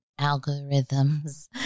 algorithms